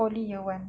poly year one